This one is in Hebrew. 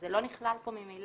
אז זה לא נכלל פה ממילא.